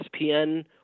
ESPN